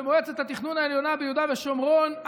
במועצת התכנון העליונה ביהודה ושומרון,